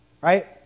right